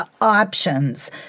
options